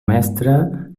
mestre